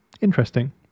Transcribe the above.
interesting